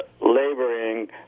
laboring